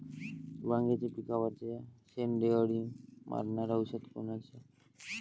वांग्याच्या पिकावरचं शेंडे अळी मारनारं औषध कोनचं?